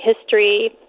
history